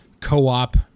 co-op